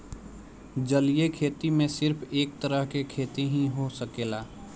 जलीय खेती में सिर्फ एक तरह के खेती ही हो सकेला